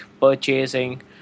purchasing